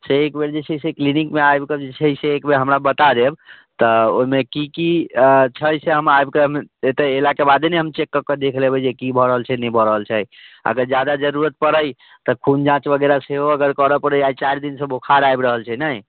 से एक बेर जे छै से क्लीनिकमे आबि कऽ जे छै से एक बेर हमरा बता देब तऽ ओइमे की की छै से हम आबि कऽ एतऽ एलाके बादे ने हम चेक कऽ देख लेबै जे की भऽ रहल छै ने भऽ रहल छै अगर जादा जरूरत पड़ै तऽ खून जाँच वगैरह सेहो अगर करऽ पड़ै आइ चारि दिनसँ बोखार आबि रहल छै ने